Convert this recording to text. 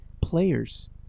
players